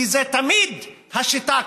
כי זו תמיד השיטה,